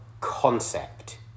concept